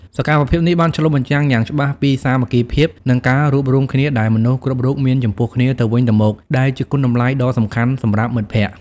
សកម្មភាពនេះបានឆ្លុះបញ្ចាំងយ៉ាងច្បាស់ពីសាមគ្គីភាពនិងការរួបរួមគ្នាដែលមនុស្សគ្រប់រូបមានចំពោះគ្នាទៅវិញទៅមក ដែលជាគុណតម្លៃដ៏សំខាន់សម្រាប់មិត្តភាព។